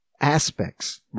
aspects